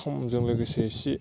समजों लोगोसे इसि